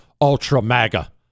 ultra-maga